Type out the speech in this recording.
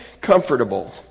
comfortable